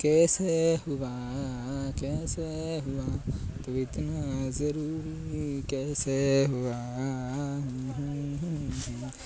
केसे हुवा केसे हुवा तु इत्ना ज़रूरी केसे हुवा